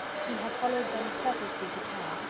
he had followed them purposely to town,